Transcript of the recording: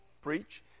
preach